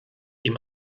ihm